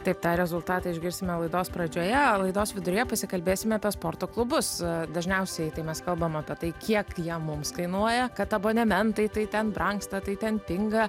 taip tą rezultatą išgirsime laidos pradžioje laidos viduryje pasikalbėsime apie sporto klubus dažniausiai tai mes kalbame apie tai kiek jie mums kainuoja kad abonementai tai ten brangsta tai ten pinga